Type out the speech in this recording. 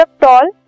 tall